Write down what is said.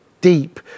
deep